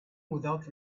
without